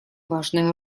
важная